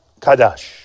Kadash